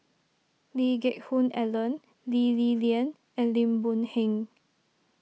Lee Geck Hoon Ellen Lee Li Lian and Lim Boon Heng